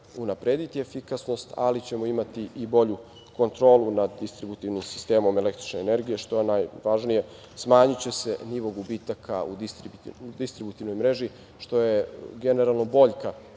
unaprediti efikasnost, ali ćemo imati i bolju kontrolu nad distributivnim sistemom električne energije i, što je najvažnije, smanjiće se nivo gubitaka u distributivnoj mreži, što je generalno boljka